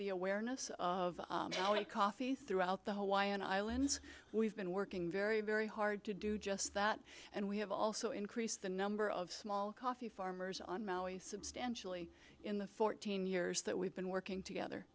the awareness of coffee throughout the whole why on islands we've been working very very hard to do just that and we have also increased the number of small coffee farmers on maui substantially in the fourteen years that we've been working together